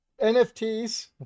NFTs